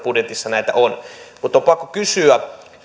budjetissa näitä on mutta on pakko kysyä